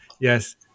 Yes